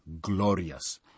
glorious